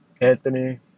Anthony